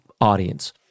audience